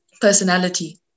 personality